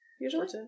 usually